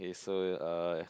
okay so uh